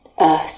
earth